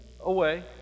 away